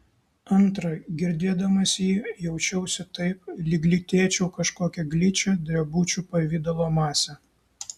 antra girdėdamas jį jaučiausi taip lyg lytėčiau kažkokią gličią drebučių pavidalo masę